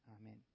Amen